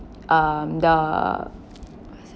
um the